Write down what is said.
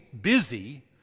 busy